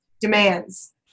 demands